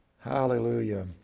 Hallelujah